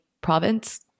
province